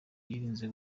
yirinze